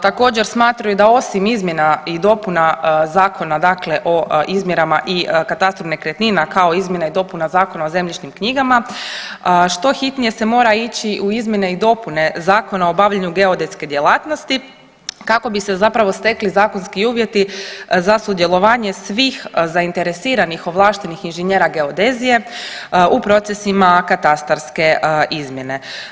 Također smatraju da osim izmjena i dopuna zakona o izmjerama i katastru nekretnina kao izmjena i dopuna Zakona o zemljišnim knjigama što hitnije se mora ići u izmjene i dopune Zakona o obavljanju geodetske djelatnosti kako bi se zapravo stekli zakonski uvjeti za sudjelovanje svih zainteresiranih ovlaštenih inženjera geodezije u procesima katastarske izmjene.